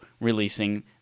releasing